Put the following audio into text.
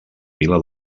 vila